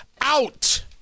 out